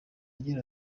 agira